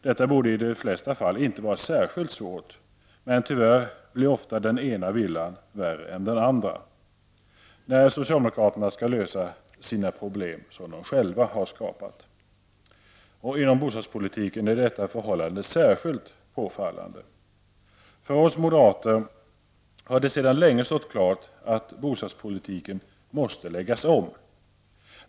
Detta borde i de flesta fall inte vara särskilt svårt, men tyvärr blir ofta den ena villan värre än den andra, när socialdemokraterna skall lösa problem som de själva skapat. Inom bostadspolitiken är detta förhållande särskilt påfallande. För oss moderater har det sedan länge stått klart att bostadspolitiken måste läggas om.